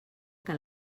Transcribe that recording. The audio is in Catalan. que